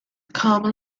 common